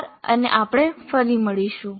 આભાર અને આપણે ફરી મળીશું